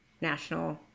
national